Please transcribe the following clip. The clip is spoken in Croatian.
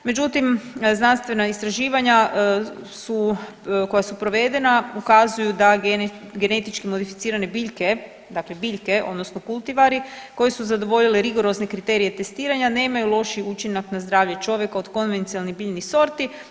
Međutim, znanstvena istraživanja su, koja su provedena ukazuju da genetički modificirane biljke, dakle biljke, odnosno kultivari koje su zadovoljile rigorozne kriterije testiranja nemaju lošiji učinak na zdravlje čovjeka od konvencionalnih biljnih sorti.